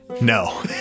No